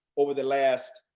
over the last.